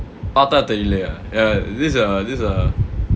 பாத்தா தெரிலயா:paathaa therilayaa ya this err this err